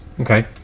Okay